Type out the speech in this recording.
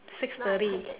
six thirty